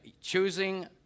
choosing